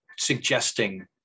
suggesting